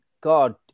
God